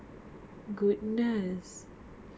ya we didn't take a holiday after that